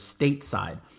stateside